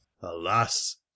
Alas